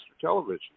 television